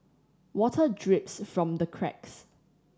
water drips from the cracks